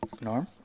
Norm